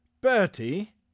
bertie